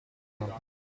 dopo